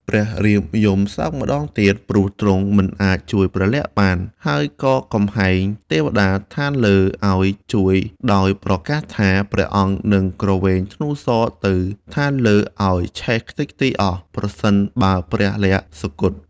ព្រះរាមយំ សោកម្តងទៀត ព្រោះទ្រង់មិនអាចជួយព្រះលក្សណ៍បាន ហើយក៏កំហែងទេវតាស្ថានលើឱ្យ ជួយដោយប្រកាសថា ព្រះអង្គនឹងគ្រវែងធ្នូសរទៅស្ថានលើឱ្យឆេះខ្ទេចខ្ទីអស់ ប្រសិនបើព្រះលក្សណ៍សុគត។